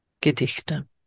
Gedichte